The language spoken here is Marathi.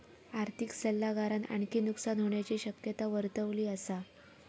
आर्थिक सल्लागारान आणखी नुकसान होण्याची शक्यता वर्तवली असा